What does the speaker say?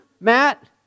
Matt